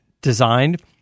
designed